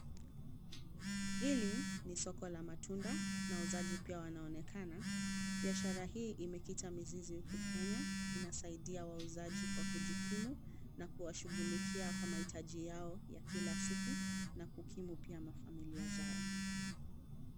Hili ni soko la matunda, wauzaji pia wanaonekana. Biashara hii imekita mizizi huku Kenya, inasaidia wauzaji kwa kujikimu na kuwashughulikia kwa mahitaji yao ya kila siku na kukimu pia mafamilia zao.